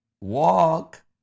walk